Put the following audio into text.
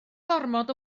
gormod